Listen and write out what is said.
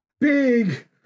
big